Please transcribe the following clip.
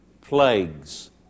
plagues